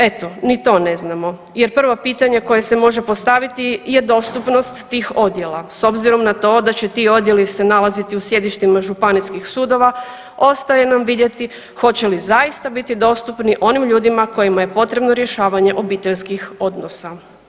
Eto ni to ne znamo, jer prvo pitanje koje se može postaviti je dostupnost tih odjela s obzirom na to da će ti odjeli se nalaziti u sjedištima županijskih sudova ostaje nam vidjeti hoće li zaista biti dostupni onim ljudima kojima je potrebno rješavanje obiteljskih odnosa.